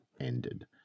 ended